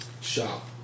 shop